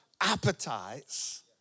appetites